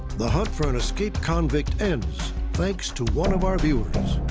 the hunt for an escaped convict ends thanks to one of our viewers.